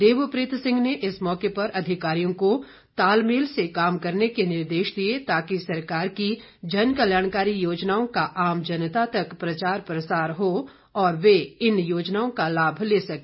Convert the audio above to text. देवप्रीत सिंह ने इस मौके पर अधिकारियों को तालमेल से काम करने के निर्देश दिए ताकि सरकार की जनकल्याणकारी योजनाओं का आम जनता तक प्रचार प्रसार हो और वे इन योजनाओं का लाभ ले सके